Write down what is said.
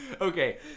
okay